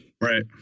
right